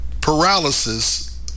paralysis